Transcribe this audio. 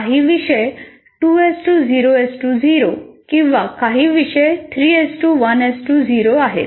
काही विषय 2 0 0 किंवा काही 3 1 0 आहेत